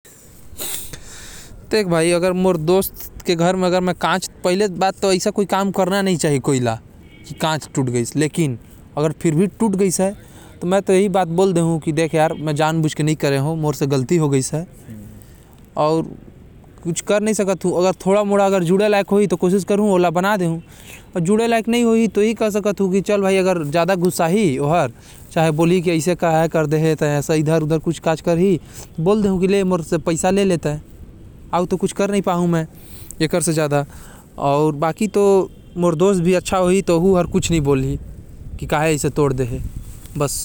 मैं अपन दोस्त ला बोलहु की भई देख, मैं ओला जानबुच के नही तोड़े हो। अगर जुड़े लायक हवे, तो दे ओके में जोड़ देहेत हो अउ अगर मोर दोस्त ज्यादा गुसाहि तो ओके ओ कांच के पैसा दे देहुँ।